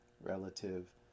relative